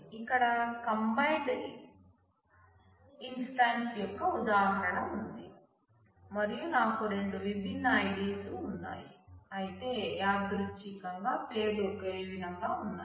ఇక్కడ combined instance యొక్క ఉదాహరణ ఉంది మరియు నాకు రెండు విభిన్న ids ఉన్నాయి అయితే యాదృచ్ఛికంగా పేర్లు ఒకేవిధంగా ఉన్నాయి